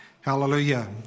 Hallelujah